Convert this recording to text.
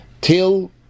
till